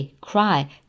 cry